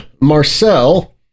Marcel